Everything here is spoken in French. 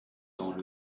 dans